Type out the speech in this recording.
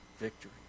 victory